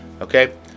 Okay